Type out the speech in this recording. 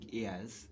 ears